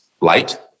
light